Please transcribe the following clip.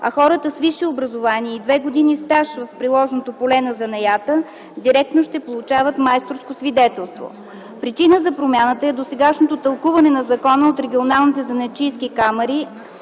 а хората с висше образование и две години стаж в приложното поле на занаята директно ще получават майсторско свидетелство. Причина за промяната е досегашното тълкуване на закона от регионалните занаятчийски камари,